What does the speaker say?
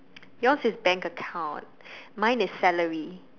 your is bank account mine is salary